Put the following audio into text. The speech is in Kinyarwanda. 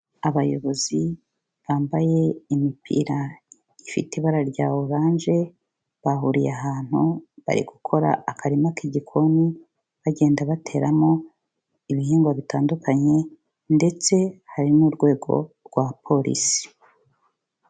Abayobozi bambaye imipira ifite ibara rya oranje, bahuriye ahantu bari gukora akarima k'igikoni bagenda bateramo ibihingwa bitandukanye ndetse hari n'urwego rwa polisi.